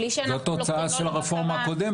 בלי שאנחנו --- זאת תוצאה של הרפורמה הקודמת.